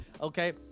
okay